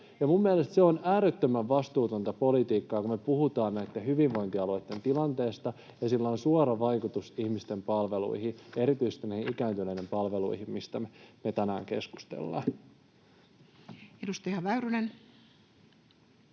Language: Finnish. minun mielestäni se on äärettömän vastuutonta politiikkaa, kun me puhutaan näitten hyvinvointialueitten tilanteesta ja sillä on suora vaikutus ihmisten palveluihin ja erityisesti näihin ikääntyneiden palveluihin, mistä me tänään keskustellaan. [Speech